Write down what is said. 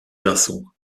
garçon